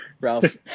Ralph